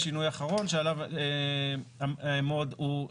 שינוי אחרון שעליו אעמוד הוא,